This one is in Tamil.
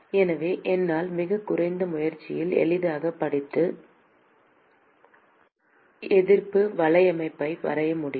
எனவே என்னால் மிகக் குறைந்த முயற்சியில் எளிதாகப் படித்து எதிர்ப்பு வலையமைப்பை வரைய முடியும்